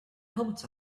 helmets